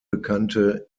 bekannte